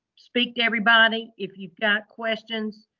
speak to everybody. if you've got questions,